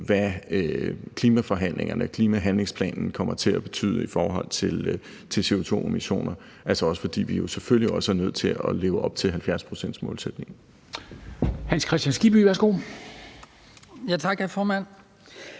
hvad klimaforhandlingerne og klimahandlingsplanen kommer til at betyde i forhold til CO2-emissioner, også fordi vi jo selvfølgelig også er nødt til at leve op til 70-procentsmålsætningen.